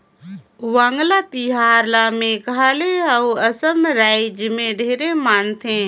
वांगला तिहार ल मेघालय अउ असम रायज मे ढेरे मनाथे